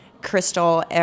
crystal